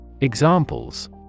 Examples